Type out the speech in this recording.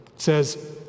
Says